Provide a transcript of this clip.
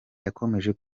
yakomoje